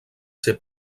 ser